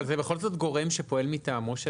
אבל זה בכל זאת גורם שפועל מטעמו של